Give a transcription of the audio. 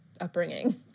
upbringing